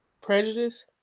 Prejudice